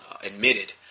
admitted